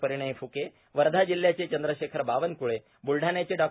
परिणय फुक्के वर्षा जिल्ह्याचे चंद्रशेखर बावनकुळे बुलढाण्याचे डॉ